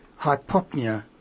hypopnea